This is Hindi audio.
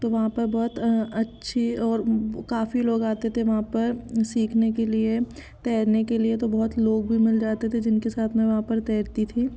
तो वहाँ पर बहुत अच्छी और काफ़ी लोग आते थे वहाँ पर सीखने के लिए तैरने के लिए तो बहुत लोग भी मिल जाते थे जिनके साथ मैं वहाँ पर तैरती थी